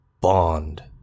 bond